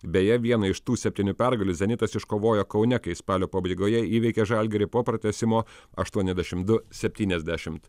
beje vieną iš tų septynių pergalių zenitas iškovojo kaune kai spalio pabaigoje įveikė žalgirį po pratęsimo aštuoniasdešim du septyniasdešimt